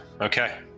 Okay